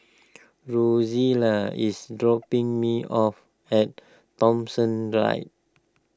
Rozella is dropping me off at Thomson